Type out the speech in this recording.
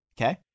Okay